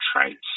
traits